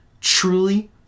truly